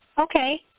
okay